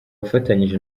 afatanyije